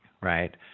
right